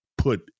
Put